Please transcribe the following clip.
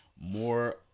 More